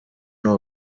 n’u